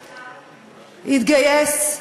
התגייס,